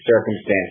circumstances